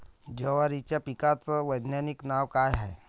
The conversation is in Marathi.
जवारीच्या पिकाचं वैधानिक नाव का हाये?